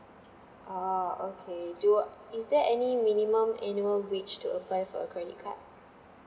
oh okay do is there any minimum annual wage to apply for a credit card